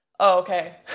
okay